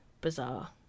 bizarre